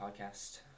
Podcast